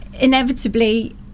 inevitably